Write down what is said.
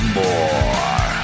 more